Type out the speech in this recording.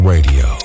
Radio